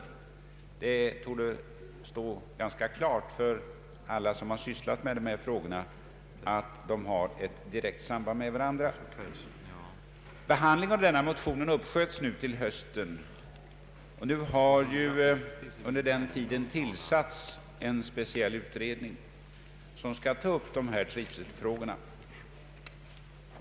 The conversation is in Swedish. Det torde stå ganska klart för alla som har sysslat med dessa frågor, att de har ett direkt samband med varandra. Behandlingen av denna motion uppsköts till i höst, och under tiden har ju tillsatts en speciell utredning, som skall ta upp de här trivselfrågorna.